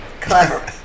Clever